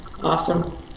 Awesome